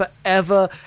forever